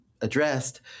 addressed